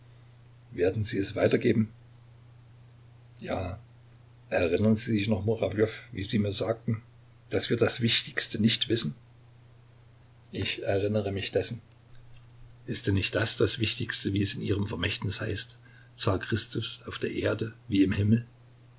werden sie es weitergeben ja erinnern sie sich noch murawjow wie sie mir sagten daß wir das wichtigste nicht wissen ich erinnere mich dessen ist denn nicht das das wichtigste wie es in ihrem vermächtnis heißt zar christus auf der erde wie im himmel